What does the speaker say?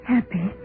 Happy